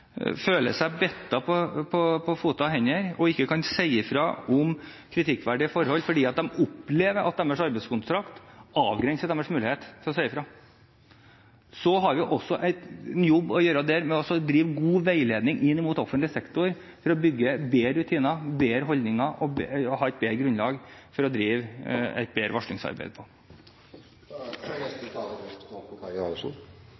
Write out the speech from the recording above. seg bundet på hender og føtter og ikke kan si fra om kritikkverdige forhold fordi de opplever at deres arbeidskontrakt avgrenser deres mulighet til å si fra. Så har vi også en jobb å gjøre når det gjelder å gi god veiledning inn mot offentlig sektor, for å bygge bedre rutiner, bedre holdninger og å ha et bedre grunnlag for å drive et bedre varslingsarbeid.